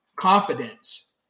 confidence